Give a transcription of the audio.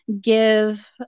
give